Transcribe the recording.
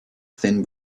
thin